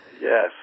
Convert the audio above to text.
Yes